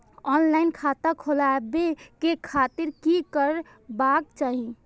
Online खाता खोलाबे के खातिर कि करबाक चाही?